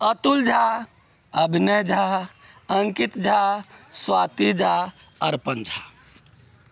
Atul Jha Abhinay Jha Ankit Jha Swati Jha Arpan Jha